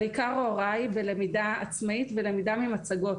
אבל עיקר ההוראה היא בלמידה עצמאית ולמידה ממצגות.